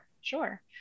sure